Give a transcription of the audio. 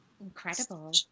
Incredible